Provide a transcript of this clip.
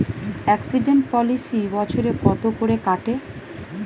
Accident policy বছরে কত করে কাটে?